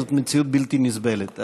זו מציאות בלתי נסבלת.